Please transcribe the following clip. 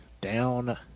down